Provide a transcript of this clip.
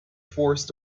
forced